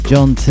John